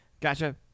gotcha